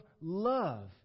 love